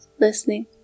listening